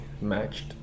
matched